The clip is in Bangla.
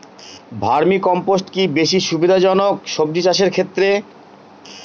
ভার্মি কম্পোষ্ট কি বেশী সুবিধা জনক সবজি চাষের ক্ষেত্রে?